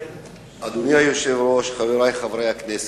אדוני היושב-ראש, חברי חברי הכנסת,